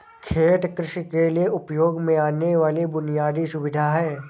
खेत कृषि के लिए उपयोग में आने वाली बुनयादी सुविधा है